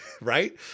right